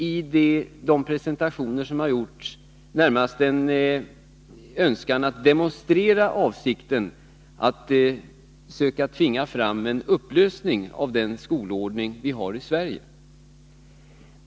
I de presentationer som har gjorts kan jag närmast skönja en önskan att demonstrera avsikten att söka tvinga fram en upplösning av den skolordning som vi har i Sverige.